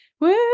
woo